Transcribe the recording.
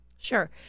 Sure